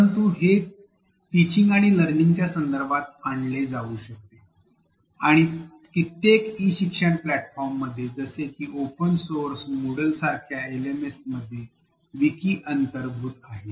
परंतु हे टीचिंग आणि लर्निंगच्या संदर्भात आणले जाऊ शकते आणि कित्येक ई शिक्षण प्लॅटफॉर्ममध्ये जसे की ओपन सोअर्स मूडल सारख्या LMS मध्ये विकी अंतर्भूत साधन आहे